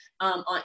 on